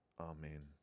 Amen